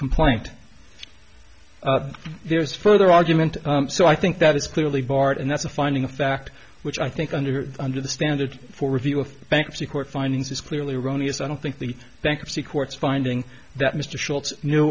complaint there is further argument so i think that it's clearly bart and that's a finding of fact which i think under under the standard for review of bankruptcy court findings is clearly erroneous i don't think the bankruptcy courts finding that mr